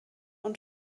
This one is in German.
und